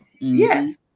Yes